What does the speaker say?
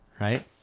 right